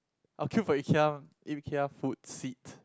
I will queue for Ikea Ikea food seat